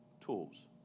tools